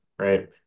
Right